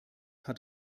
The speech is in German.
hat